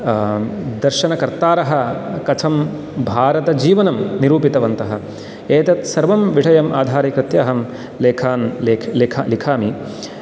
दर्शनकर्तारः कथं भारतजीवनं निरूपितवन्तः एतत् सर्वं विषयम् आधारीकृत्य अहं लेखान् लिखामि